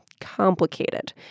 complicated